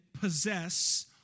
possess